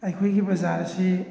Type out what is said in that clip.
ꯑꯩꯈꯣꯏꯒꯤ ꯕꯖꯥꯔ ꯑꯁꯤ